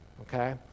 Okay